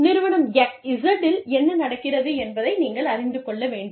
நிறுவனம் Z இல் என்ன நடக்கிறது என்பதை நீங்கள் அறிந்து கொள்ள வேண்டும்